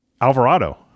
Alvarado